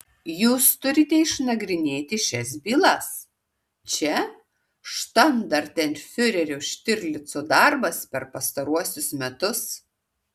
jūs turite išnagrinėti šias bylas čia štandartenfiurerio štirlico darbas per pastaruosius metus